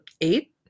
eight